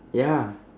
ya